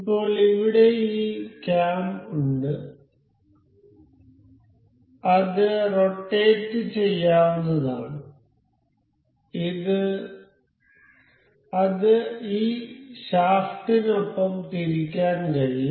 ഇപ്പോൾ ഇവിടെ ഈ ക്യാം ഉണ്ട് അത് റൊട്ടേറ്റ് ചെയ്യാവുന്നതാണ് അത് ഈ ഷാഫ്റ്റിനൊപ്പം തിരിക്കാൻ കഴിയും